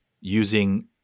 using